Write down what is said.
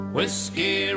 Whiskey